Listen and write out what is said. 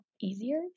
easier